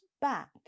back